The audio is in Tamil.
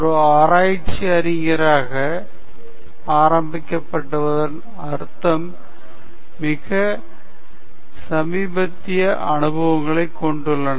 ஒரு ஆராய்ச்சி அறிஞராக ஆரம்பிக்கப்படுவதன் அர்த்தம் மிக சமீபத்திய அனுபவங்களைக் கொண்டுள்ளன